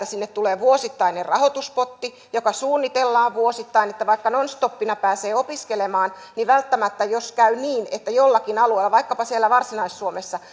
sinne tulee vuosittainen rahoituspotti joka suunnitellaan vuosittain niin että vaikka nonstoppina pääsee opiskelemaan niin välttämättä jos käy niin että jollakin alueella vaikkapa siellä varsinais suomessa